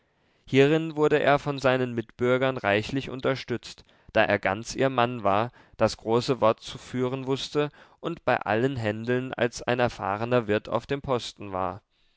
hierin wurde er von seinen mitbürgern reichlich unterstützt da er ganz ihr mann war das große wort zu führen wußte und bei allen händeln als ein erfahrener wirt auf dem posten war